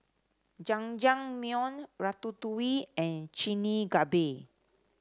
Jajangmyeon Ratatouille and Chigenabe